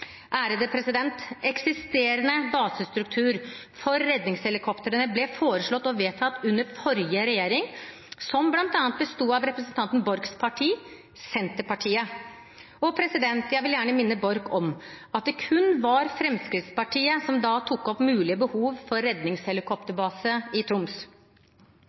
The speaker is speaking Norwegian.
Eksisterende basestruktur for redningshelikoptrene ble foreslått og vedtatt under forrige regjering, som bl.a. besto av representanten Borchs parti, Senterpartiet. Jeg vil gjerne minne Borch om at det kun var Fremskrittspartiet som da tok opp mulig behov for redningshelikopterbase i Troms.